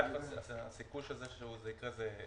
הסיכוי שזה יקרה הוא...